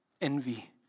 envy